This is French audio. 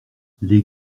les